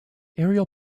ariel